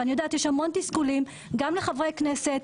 ואני יודעת שיש המון תסכולים גם לחברי כנסת,